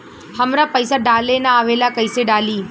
हमरा पईसा डाले ना आवेला कइसे डाली?